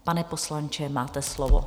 Pane poslanče, máte slovo.